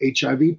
HIV